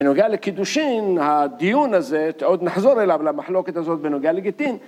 בנוגע לקידושין הדיון הזה, עוד נחזור אליו למחלוקת הזאת בנוגע לגיטין.